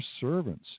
servants